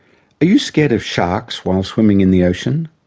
you scared of sharks while swimming in the ocean?